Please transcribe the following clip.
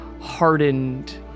hardened